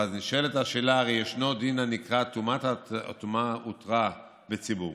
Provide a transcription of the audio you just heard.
ואז נשאלת השאלה: הרי ישנו דין הנקרא ''טומאה הותרה בציבור'',